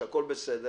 שהכול בסדר